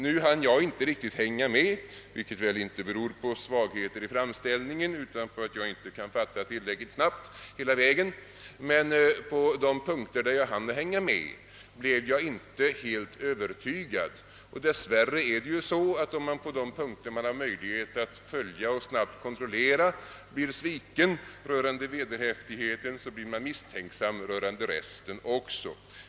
Nu hann jag inte riktigt hänga med — vilket väl inte beror på svagheter i framställningen utan på att jag inte fattade tillräckligt snabbt hela vägen — men på de punkter där jag hann hänga med blev jag inte helt övertygad. Och dess värre är det ju så, att om man på de punkter där man har möjlighet att följa med och snabbt kontrollera blir sviken rörande vederhäftigheten blir man misstänksam också beträffande resten.